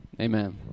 amen